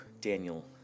Daniel